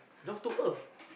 down to earth